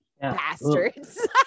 bastards